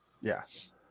Yes